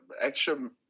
Extra